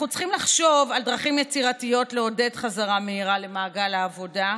אנחנו צריכים לחשוב על דרכים יצירתיות לעודד חזרה מהירה למעגל העבודה,